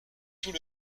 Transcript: tout